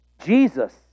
Jesus